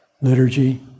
liturgy